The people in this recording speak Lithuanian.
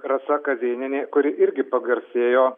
rasa kazėnienė kuri irgi pagarsėjo